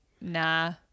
nah